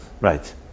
Right